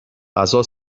غذا